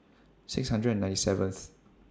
six hundred and ninety seventh